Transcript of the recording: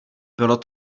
bylo